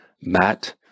Matt